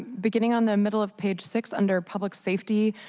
beginning on the middle of page six under public safety,